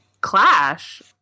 clash